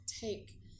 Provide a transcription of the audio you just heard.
take